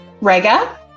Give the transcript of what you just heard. Rega